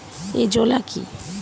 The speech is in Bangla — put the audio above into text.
এজোলা কি?